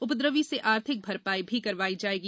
उपद्रवी से आर्थिक भरपाई भी करवाई जाएगी